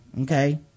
Okay